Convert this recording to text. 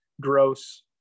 gross